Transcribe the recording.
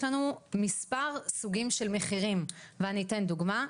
יש לנו מספר סוגים של מחירים ואני אתן דוגמא: